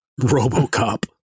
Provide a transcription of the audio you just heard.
RoboCop